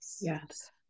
yes